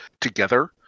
together